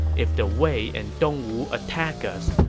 if the wei and dongwu attack us,